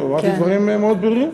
אמרתי דברים מאוד ברורים.